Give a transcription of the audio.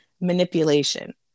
manipulation